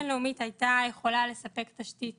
סקירה בין-לאומית הייתה יכולה לספק תשתית